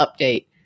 update